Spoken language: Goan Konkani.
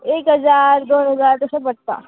एक हजार दोन हजार तशें पडटा